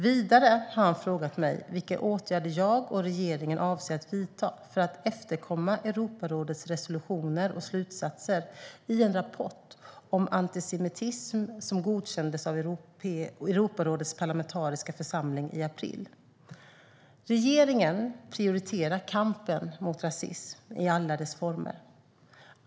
Vidare har han frågat mig vilka åtgärder jag och regeringen avser att vidta för att efterkomma Europarådets resolutioner och slutsatser i en rapport om antisemitism som godkändes av Europarådets parlamentariska församling i april. Regeringen prioriterar kampen mot rasism i alla dess former.